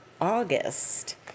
August